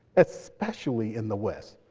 especially in the west.